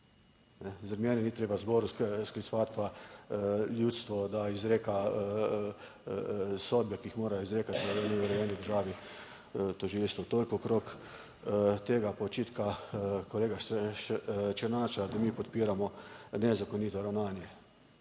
Zaradi mene ni treba zbor sklicevati, pa ljudstvo, da izrek sodbe, ki jih morajo izrekati urejeni državi tožilstvo. Toliko okrog tega očitka kolega Černača, da mi podpiramo nezakonito ravnanje.